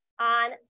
on